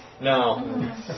No